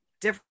different